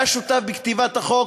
היה שותף לכתיבת החוק,